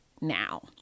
now